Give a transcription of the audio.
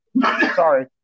sorry